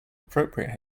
appropriate